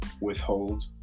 withhold